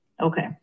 Okay